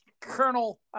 Colonel